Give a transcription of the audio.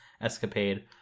escapade